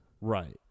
Right